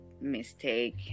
mistake